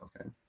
okay